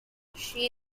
she